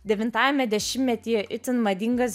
devintajame dešimtmetyje itin madingas